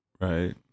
Right